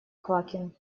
квакин